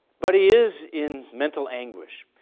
but he is in mental anguish.